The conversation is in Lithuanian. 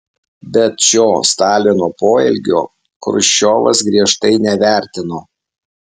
bet šio stalino poelgio chruščiovas griežtai nevertino